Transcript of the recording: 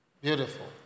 Beautiful